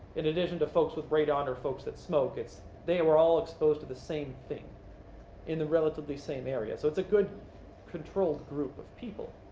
in addition to folks with radon or folks that smoke, they were all exposed to the same thing in the relatively same area. so it's a good control group of people.